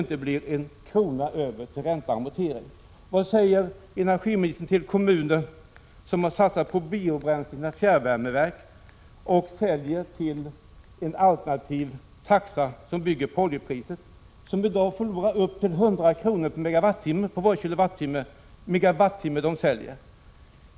Vad säger energiministern till kommuner som satsat på biobränslen i sina fjärrvärmeverk och säljer värme enligt alternativtaxa byggd på oljepriset och som i dag förlorar upp till 100 kr. per varje megawattimme som de säljer?